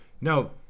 no